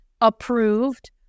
approved